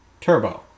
Turbo